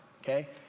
okay